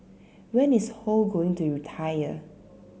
when is Ho going to retire